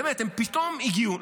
באמת, הם פתאום הגיעו.